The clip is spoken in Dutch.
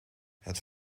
het